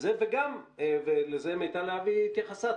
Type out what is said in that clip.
לזה מיטל להבי התייחסה,